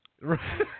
Right